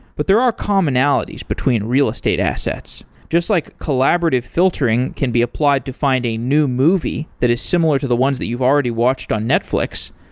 but there are commonalities between real estate assets, just like collaborative filtering can be applied to find a new movie that is similar to the ones that you've already watched on netflix.